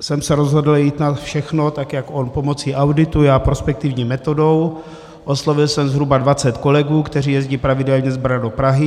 jsem se rozhodl jít na všechno tak jak on pomocí auditu, já prospektivní metodou, oslovil jsem zhruba dvacet kolegů, kteří jezdí pravidelně z Brna do Prahy.